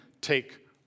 take